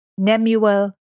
Nemuel